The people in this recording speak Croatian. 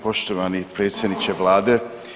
Poštovani predsjedniče vlade.